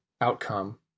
outcome